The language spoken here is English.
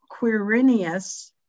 Quirinius